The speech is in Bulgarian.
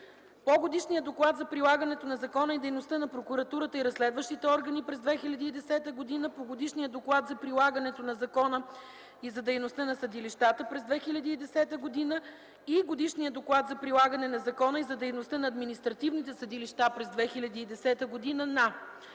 по Годишния доклад за прилагането на закона и дейността на прокуратурата и разследващите органи през 2010 г.; по Годишния доклад за прилагането на закона и за дейността на съдилищата през 2010 г. и Годишния доклад за прилагането на закона и за дейността на административните съдилища през 2010 г. на: